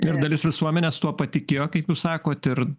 ir dalis visuomenės tuo patikėjo kaip jūs sakot ir